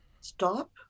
Stop